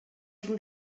cinc